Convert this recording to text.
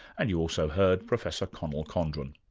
and you also heard professor conal condren.